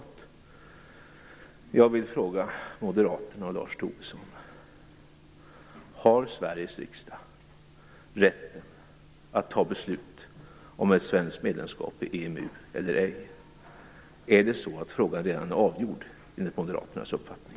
Jag vill fråga moderaterna och Lars Tobisson: Har Sveriges riksdag rätten att fatta beslut om ett svenskt medlemskap i EMU eller ej? Är frågan redan avgjord, enligt moderaternas uppfattning?